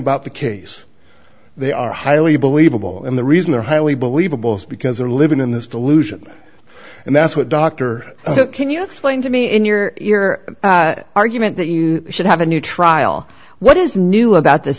about the case they are highly believable and the reason they're highly believable is because they're living in this delusion and that's what dr king you explained to me in your your argument that you should have a new trial what is new about this